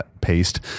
paste